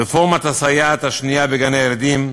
רפורמת הסייעת השנייה בגני-הילדים,